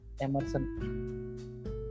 Emerson